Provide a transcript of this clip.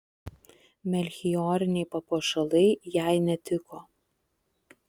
melchioriniai papuošalai jai netiko